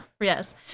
Yes